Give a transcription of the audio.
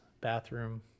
bathroom